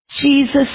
Jesus